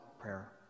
prayer